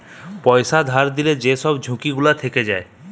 পয়সা ধার লিলে যেই সব ঝুঁকি গুলা থিকে যায়